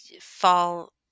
fall